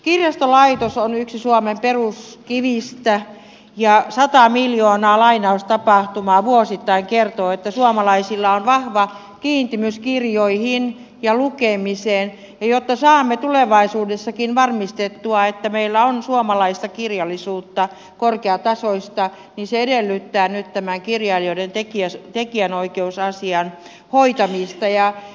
kirjastolaitos on yksi suomen peruskivistä ja sata miljoonaa lainaustapahtumaa vuosittain kertoo että suomalaisilla on vahva kiintymys kirjoihin ja lukemiseen ja jotta saamme tulevaisuudessakin varmistettua että meillä on korkeatasoista suomalaista kirjallisuutta niin se edellyttää nyt tämän kirjailijoiden tekijänoikeusasian hoitamista